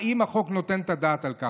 האם החוק נותן את הדעת על כך?